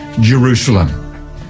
Jerusalem